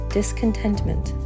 discontentment